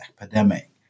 epidemic